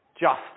justice